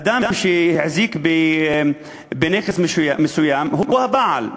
אדם שהחזיק בנכס מסוים הוא הבעלים.